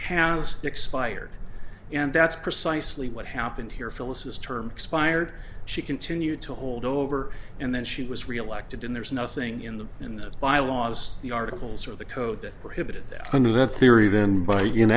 has expired and that's precisely what happened here phyllis is term expired she continued to hold over and then she was reelected and there's nothing in the in the bylaws the articles or the code that are hidden under that theory then by